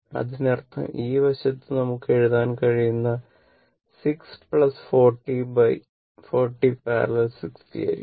അതിനർത്ഥം ഈ വശത്ത് നമുക്ക് എഴുതാൻ കഴിയുന്ന 6 40 || 60 ആയിരിക്കും